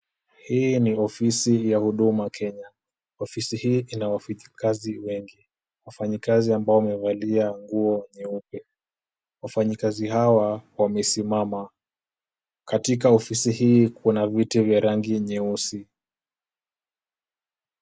Hii ni ofisi ya Huduma Kenya. Ofisi hii ina wafanyikazi wengi, wafanyikazi ambao wamevalia nguo nyeupe. Wafanyikazi hawa wamesimama. Katika ofisi hii kuna viti vya rangi nyeusi.